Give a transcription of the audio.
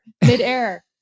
mid-air